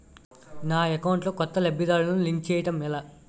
నా అకౌంట్ లో కొత్త లబ్ధిదారులను లింక్ చేయటం ఎలా?